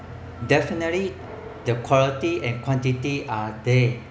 definitely the quality and quantity are they